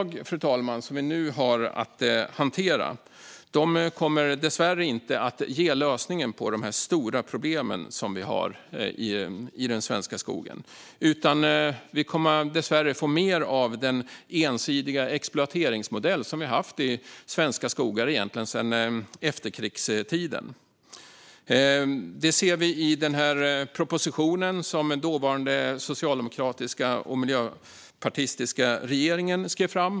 De förslag som vi nu har att hantera kommer dessvärre inte att ge lösningen på de stora problem som vi har i den svenska skogen. Vi kommer dessvärre att få mer av den ensidiga exploateringsmodell som vi har haft i svenska skogar egentligen sedan efterkrigstiden. Det ser vi i propositionen, som den dåvarande socialdemokratiska och miljöpartistiska regeringen skrev.